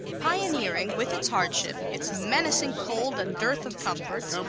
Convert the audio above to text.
pioneering, with its hardship, its menacing cold and dearth of comforts,